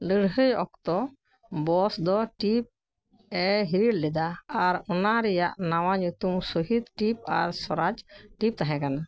ᱞᱟᱹᱲᱦᱟᱹᱭ ᱚᱠᱛᱚ ᱵᱚᱥ ᱫᱚ ᱰᱷᱤᱯ ᱮ ᱦᱤᱨᱤᱞᱮᱫᱟ ᱟᱨ ᱚᱱᱟ ᱨᱮᱱᱟᱜ ᱱᱟᱣᱟ ᱧᱩᱛᱩᱢ ᱥᱚᱦᱤᱫᱽ ᱰᱷᱤᱯ ᱟᱨ ᱥᱚᱨᱟᱡᱽ ᱰᱷᱤᱯ ᱛᱟᱦᱮᱸ ᱠᱟᱱᱟ